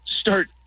start